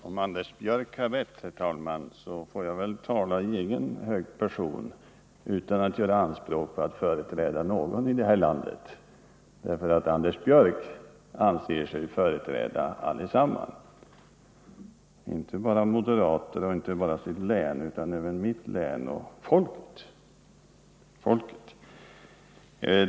Herr talman! Om Anders Björck har rätt får jag tala i egen hög person utan att göra anspråk på att företräda någon i det här landet, därför att Anders Björck anser sig företräda allesammans — inte bara moderater och inte bara sitt län utan även mitt län och folket.